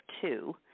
two